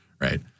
Right